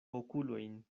okulojn